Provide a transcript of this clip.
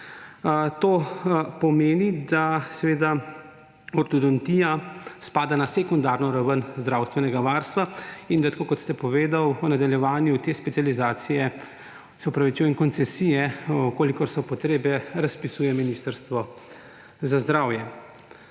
To pomeni, da seveda ortodontija spada na sekundarno raven zdravstvenega varstva in, tako kot ste povedali, v nadaljevanju te specializacije, se opravičujem, koncesije, v kolikor so potrebe, razpisuje Ministrstvo za zdravje.